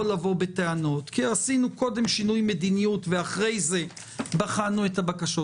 לבוא בטענות כי עשינו קודם שינוי מדיניות ואחרי זה בחנו את הבקשות?